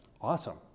Awesome